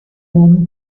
ond